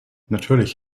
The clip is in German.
natürlich